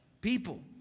people